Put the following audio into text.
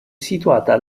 situata